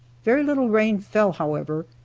very little rain fell, however,